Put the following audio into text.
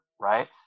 right